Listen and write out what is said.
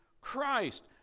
Christ